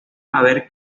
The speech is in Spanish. haber